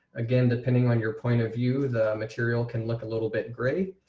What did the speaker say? again, depending on your point of view, the material can look a little bit gray.